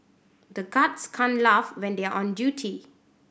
the guards can't laugh when they are on duty